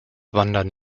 wandern